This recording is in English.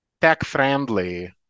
tech-friendly